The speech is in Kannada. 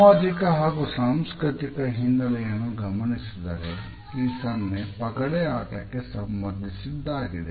ಸಾಮಾಜಿಕ ಹಾಗೂ ಸಾಂಸ್ಕೃತಿಕ ಹಿನ್ನೆಲೆಯನ್ನು ಗಮನಿಸಿದರೆ ಈ ಸನ್ನೆ ಪಗಡೆ ಆಟಕ್ಕೆ ಸಂಬಂಧಿಸಿದ್ದಾಗಿದೆ